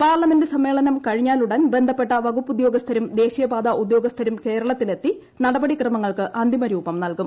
parliament സമ്മേള് കഴിഞ്ഞാലുടൻ ബന്ധപ്പെട്ട വകുപ്പുദ്യോഗസ്ഥരും ദേശീയപാതൃള്ട്യോഗ്സ്ഥരും കേരളത്തിൽ എത്തി നടപടി ക്രമങ്ങൾക്ക് അന്തിമരൂപും നൽകും